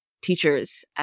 teachers